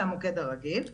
המוקד הרגיל,